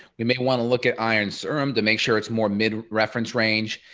you may want to look at iron served to make sure it's more mid reference range.